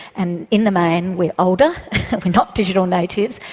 and in the main, we're older we're not digital natives,